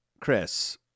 Chris